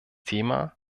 thema